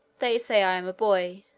they say i am a boy.